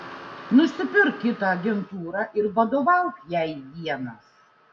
nusipirk kitą agentūrą ir vadovauk jai vienas